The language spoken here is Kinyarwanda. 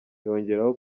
yongeraho